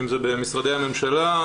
אם זה במשרדי הממשלה,